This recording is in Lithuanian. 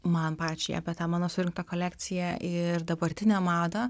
man pačiai apie tą mano surinktą kolekciją ir dabartinę madą